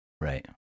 Right